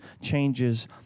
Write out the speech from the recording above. changes